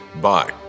Bye